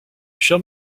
show